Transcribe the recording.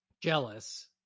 jealous